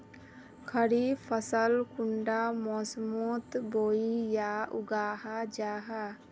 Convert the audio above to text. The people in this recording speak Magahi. खरीफ फसल कुंडा मोसमोत बोई या उगाहा जाहा?